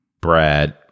Brad